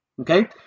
okay